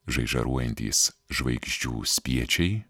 žaižaruojantys žvaigždžių spiečiai